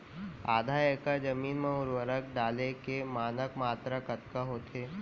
आधा एकड़ जमीन मा उर्वरक डाले के मानक मात्रा कतका होथे?